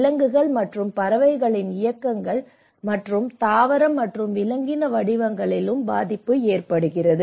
விலங்குகள் மற்றும் பறவைகளின் இயக்கங்கள் மற்றும் தாவர மற்றும் விலங்கின வடிவங்களிலும் பாதிப்பு ஏற்படுகிறது